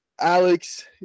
Alex